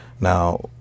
Now